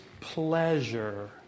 pleasure